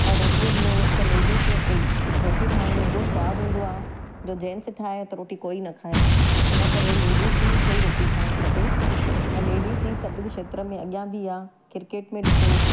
ऐं रोटीअ ज में अगरि लेडीस में रोटी ठाहिण में एॾो सवादु हूंदो आहे जो जेंट्स ठाहे त रोटी कोई न खाए इन करे लेडीस ई खे ई रोटी ठाहिणु खपे ऐं लेडीस ई सभिनी खेत्रनि में अॻियां बि आहे क्रिकेट में ॾिसो